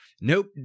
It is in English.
Nope